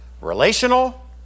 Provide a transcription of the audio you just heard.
relational